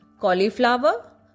cauliflower